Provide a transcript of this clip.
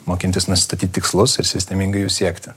mokintis nusistatyt tikslus ir sistemingai jų siekti